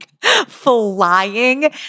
flying